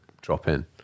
drop-in